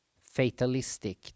fatalistic